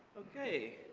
okay,